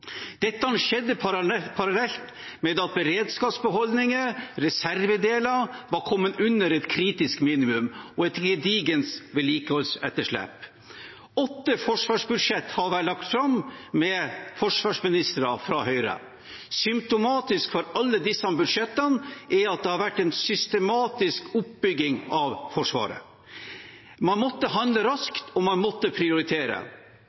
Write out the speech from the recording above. Dette skjedde parallelt med at beredskapsbeholdninger, reservedeler, var kommet under et kritisk minimum, og et gedigent vedlikeholdsetterslep. Åtte forsvarsbudsjetter har vært lagt fram med forsvarsministre fra Høyre. Symptomatisk for alle disse budsjettene er at det har vært en systematisk oppbygging av Forsvaret. Man måtte handle raskt, og man måtte prioritere.